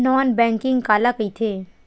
Non banking काला कइथे?